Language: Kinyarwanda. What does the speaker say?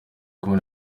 kumwe